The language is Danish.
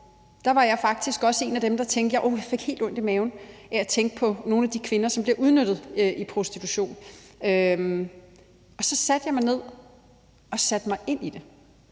var jeg faktisk også en af dem, der fik helt ondt i maven af at tænke på nogle af de kvinder, som bliver udnyttet i prostitution. Så satte jeg mig ned og satte mig ind i det.